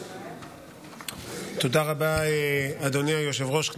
תודה רבה, אדוני היושב-ראש.